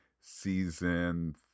season